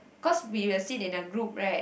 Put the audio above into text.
cause we will sit in a group right